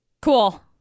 Cool